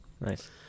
Nice